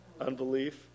unbelief